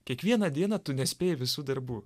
kiekvieną dieną tu nespėji visų darbų